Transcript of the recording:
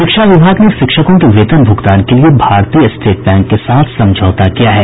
शिक्षा विभाग ने शिक्षकों के वेतन भुगतान के लिए भारतीय स्टेट बैंक के साथ समझौता किया है